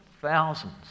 thousands